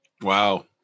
wow